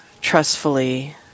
trustfully